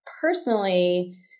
personally